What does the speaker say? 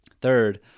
Third